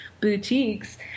boutiques